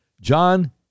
John